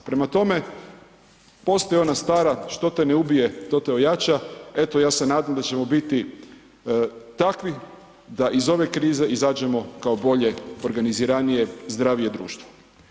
Prema tome, postoji ona stara „Što te ne ubije, to te ojača“, eto ja se nadam da ćemo biti takvi da iz ove krize izađemo kao bolje, organiziranije i zdravije društvo.